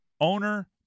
owner